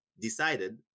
decided